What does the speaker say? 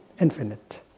infinite